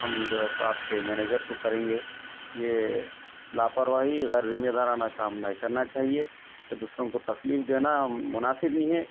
ہم جو ہے سو آپ کے مینیجر کو کریں گے یہ لاپرواہی غیرذمہ دارانہ کام نہیں کرنا چاہیے دوسروں کو تکلیف دینا مناسب نہیں ہے